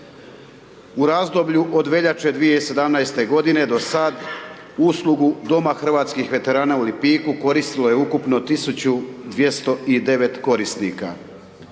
U razdoblju od veljače 2017.-te godine do sad, uslugu Doma hrvatskih veterana u Lipiku koristilo je ukupno 1209 korisnika.